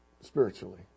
spiritually